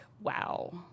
wow